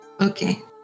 Okay